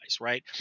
right